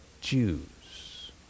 Jews